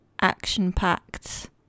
action-packed